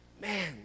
Man